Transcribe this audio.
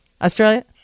Australia